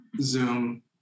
Zoom